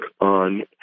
on